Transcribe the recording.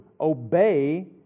Obey